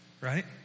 right